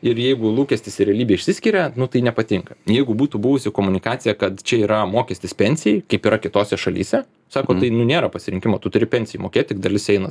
ir jeigu lūkestis ir realybė išsiskiria nu tai nepatinka jeigu būtų buvusi komunikacija kad čia yra mokestis pensijai kaip yra kitose šalyse sako tai nu nėra pasirinkimo tu turi pensijai mokėti ir dalis eina